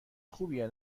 خوبیه